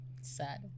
Sad